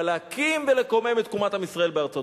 אבל להקים ולקומם את תקומת עם ישראל בארצו.